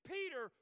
Peter